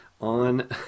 on